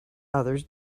others